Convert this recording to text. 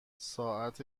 ساعت